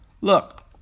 look